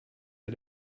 der